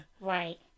Right